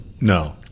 No